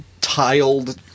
tiled